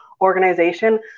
organization